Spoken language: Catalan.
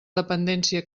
dependència